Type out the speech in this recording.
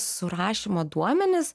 surašymo duomenis